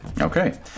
Okay